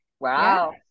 Wow